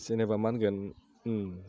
जेनेबा मा होनगोन